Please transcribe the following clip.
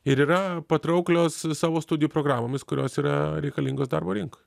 ir yra patrauklios savo studijų programomis kurios yra reikalingos darbo rinkoj